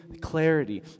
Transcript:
clarity